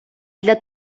для